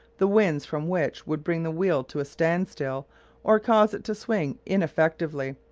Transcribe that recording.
the winds from which would bring the wheel to a standstill or cause it to swing ineffectively,